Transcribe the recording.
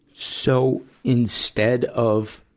so, instead of,